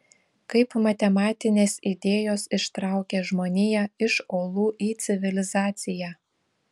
kaip matematinės idėjos ištraukė žmoniją iš olų į civilizaciją